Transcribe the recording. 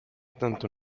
tanto